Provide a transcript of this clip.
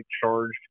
charged